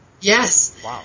Yes